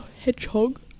hedgehog